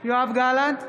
יואב גלנט,